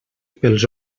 pels